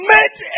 Made